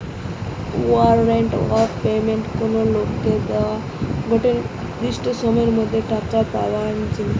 warrant of payment কোনো লোককে দোয়া গটে নির্দিষ্ট সময়ের মধ্যে টাকা পাবার জিনে